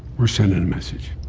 we're sending a message.